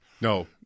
No